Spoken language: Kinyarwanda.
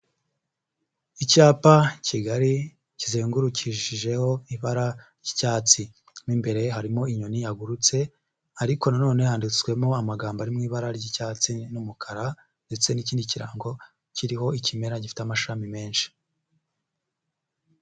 Icyapa kigari kizengurukishijeho ibara ry'icyatsi, mo imbere harimo inyoni yagurutse ariko nanone handitswemo amagambo ari mu ibara ry'icyatsi n'umukara ndetse n'ikindi kirango kiriho ikimera gifite amashami menshi.